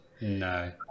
no